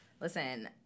listen